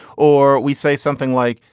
or we say something like,